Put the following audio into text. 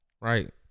Right